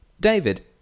David